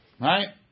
right